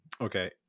Okay